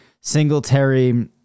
Singletary